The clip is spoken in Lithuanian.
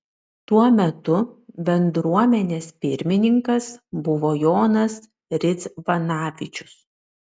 tuo metu bendruomenės pirmininkas buvo jonas ridzvanavičius